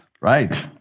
right